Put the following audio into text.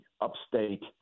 upstate